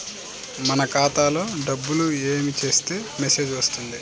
మన ఖాతాలో డబ్బులు ఏమి చేస్తే మెసేజ్ వస్తుంది?